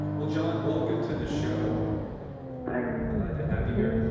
well, john welcome to the show thanks glad to have you here.